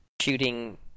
shooting